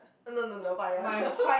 no no no the white one